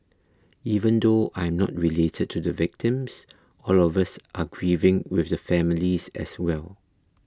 even though I am not related to the victims all of us are grieving with the families as well